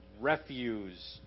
refuse